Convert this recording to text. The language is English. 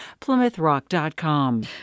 PlymouthRock.com